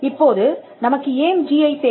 இப்போது நமக்கு ஏன் ஜிஐ தேவை